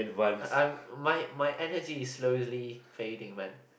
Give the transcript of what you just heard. I'm I'm my my n_h_d is slowing fading man